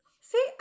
See